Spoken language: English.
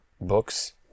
books